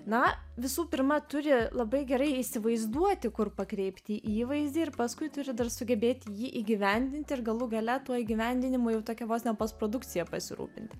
na visų pirma turi labai gerai įsivaizduoti kur pakreipti įvaizdį ir paskui turi dar sugebėti jį įgyvendinti ir galų gale tuo įgyvendinimu jau tokia vos ne postprodukcija pasirūpinti